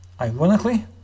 Ironically